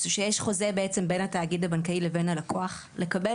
שיש חוזה בעצם בין התאגיד הבנקאי לבין הלקוח לקבל